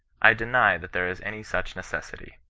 i deny that there is any such necessity.